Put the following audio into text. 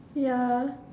ya